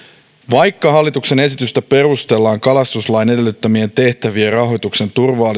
vaikka hallituksen esitystä perustellaan kalastuslain edellyttämien tehtävien rahoituksen